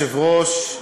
אדוני היושב-ראש,